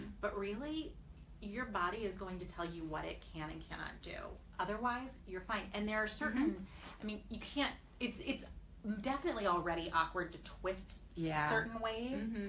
but really your body is going to tell you what it can and cannot do otherwise you're fine and there are certain i mean you can't it definitely already awkward to twist yeah certain ways,